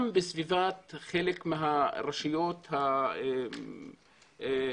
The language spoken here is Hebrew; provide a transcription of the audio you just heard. גם בסביבת חלק מהרשויות הגדולות,